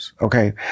okay